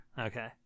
Okay